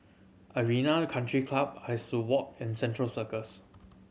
Arena Country Club Soo Walk and Central Circus